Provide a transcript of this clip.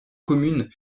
communes